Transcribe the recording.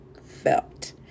felt